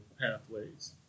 Pathways